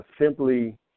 simply